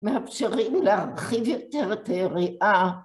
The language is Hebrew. ‫מאפשרים להרחיב יותר את היריעה.